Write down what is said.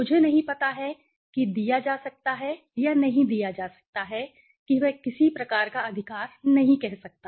मुझे नहीं पता है कि दिया जा सकता है या नहीं दिया जा सकता है कि वह किसी प्रकार का अधिकार नहीं कह सकता